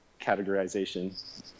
categorization